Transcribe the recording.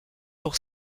pour